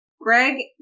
Greg